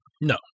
No